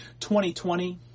2020